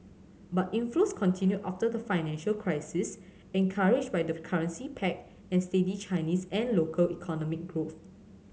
but inflows continued after the financial crisis encouraged by the currency peg and steady Chinese and local economic growth